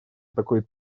такой